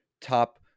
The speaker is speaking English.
top